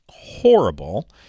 horrible